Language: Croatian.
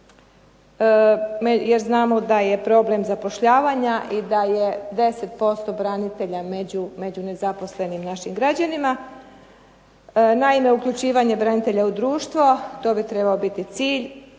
jer znamo da je problem zapošljavanja i da je 10% branitelja među nezaposlenim našim građanima. Naime, uključivanje branitelja u društvo, to bi trebao biti cilj,